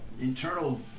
internal